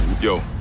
Yo